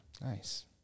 Nice